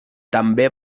també